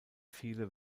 viele